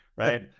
Right